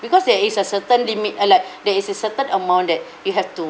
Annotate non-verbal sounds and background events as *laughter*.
because there is a certain limit uh like *breath* there is a certain amount that *breath* you have to